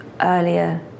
earlier